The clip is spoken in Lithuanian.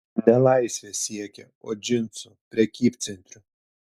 ne laisvės siekė o džinsų prekybcentrių